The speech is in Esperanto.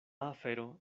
afero